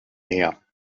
meer